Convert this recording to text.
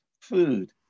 food